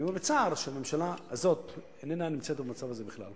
אני אומר בצער שהממשלה הזאת איננה נמצאת במצב הזה בכלל.